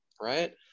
right